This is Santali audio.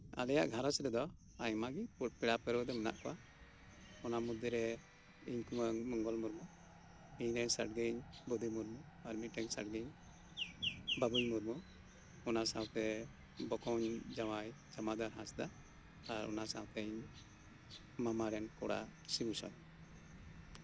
ᱟᱞᱮᱭᱟᱜ ᱜᱷᱟᱨᱚᱸᱡᱽ ᱨᱮᱫᱚ ᱟᱭᱢᱟ ᱜᱮ ᱯᱮᱲᱟ ᱯᱟᱹᱨᱣᱟᱹ ᱫᱚ ᱢᱮᱱᱟᱜ ᱠᱚᱣᱟ ᱚᱱᱟ ᱢᱚᱫᱽᱫᱷᱮᱨᱮ ᱤᱧ ᱠᱩᱢᱟᱹᱝ ᱢᱚᱝᱜᱚᱞ ᱢᱩᱨᱢᱩ ᱤᱧᱨᱮᱱ ᱥᱟᱰᱜᱮᱧ ᱵᱩᱫᱤ ᱢᱩᱨᱢᱩ ᱟᱨ ᱢᱤᱫ ᱴᱮᱱ ᱥᱟᱰᱜᱮᱧ ᱵᱟᱵᱩᱭ ᱢᱩᱨᱢᱩ ᱚᱱᱟᱥᱟᱶᱛᱮ ᱵᱚᱠᱚᱧ ᱡᱟᱶᱟᱭ ᱡᱚᱢᱟᱫᱟᱨ ᱦᱟᱸᱥᱫᱟ ᱟᱨ ᱚᱱᱟ ᱥᱟᱶᱛᱮ ᱢᱟᱢᱟ ᱨᱮᱱ ᱠᱚᱲᱟ ᱥᱤᱵᱩ ᱥᱚᱨᱮᱱ